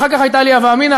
אחר כך הייתה לי הווה אמינא,